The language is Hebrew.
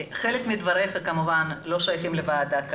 חלק מדבריך כמובן לא שייכים לוועדה הזאת,